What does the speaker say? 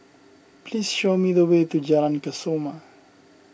please show me the way to Jalan Kesoma